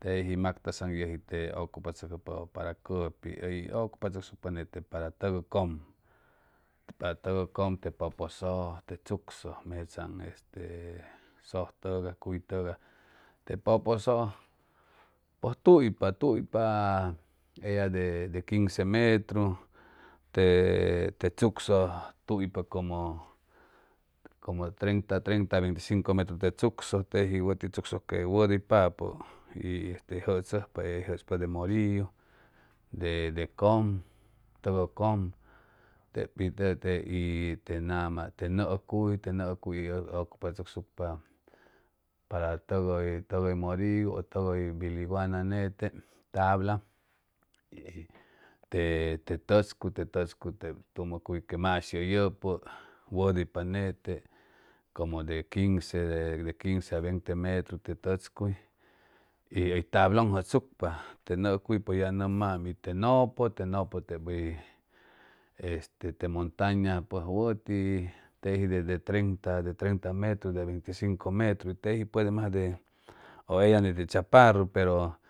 teji mactazaŋ yʉji te ʉcupachʉcʉjpa para cʉpi hʉy ʉcupachʉcsucpa nete para tʉghʉcʉm para tʉghʉcʉm te pʉpʉ sʉj te chucsʉj mechaaŋ este sʉj tʉgay cuy tʉgay te pʉpʉ sʉj pʉj tuypa tuypa ella de quince metru te te chuksʉj tuypa como treinta treinta a veinti cinto metru te chuksʉj teji wʉti chucsʉj que wʉdʉypapʉ y este jʉchʉjpa eya jʉchʉjpa de morillu de de cʉm tʉghʉcʉm tep pi te te y te nama te nʉʉcuy te nʉʉcuy yʉg ʉcupachʉcsucpa para tʉg hʉy tʉg hʉy morillu tʉg hʉy biliguana nete y te tʉchcuy te tʉchcuy tumʉ cuy que mashi ʉyʉpʉ wʉdʉypa nete comoi de quince de quince a veinte metru te tʉchcuy y hʉy tablon jʉchsucpa te nʉʉcuy pues ya ʉn nʉmam y te nopo te nopo tep hʉy este te montaña pues wʉti teji de de treinta de treinta metru de treinta y cinco metru teji puede masde ʉ eya nete chaparru pero